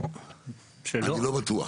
אני לא בטוח.